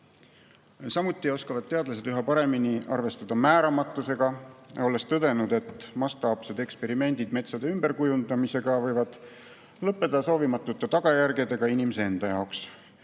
oskavad teadlased üha paremini arvestada määramatusega, olles tõdenud, et mastaapsed eksperimendid metsade ümberkujundamisel võivad lõppeda soovimatute tagajärgedega inimese enda jaoks.